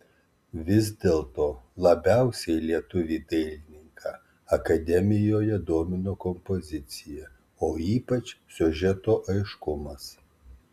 vis dėlto labiausiai lietuvį dailininką akademijoje domino kompozicija o ypač siužeto aiškumas